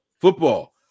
Football